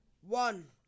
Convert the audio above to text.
One